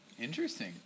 Interesting